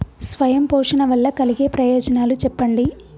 స్వయం పోషణ వల్ల కలిగే ప్రయోజనాలు చెప్పండి?